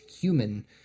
human